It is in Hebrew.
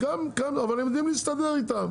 גם כאן, אבל הם יודעים להסתדר איתם.